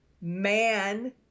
man—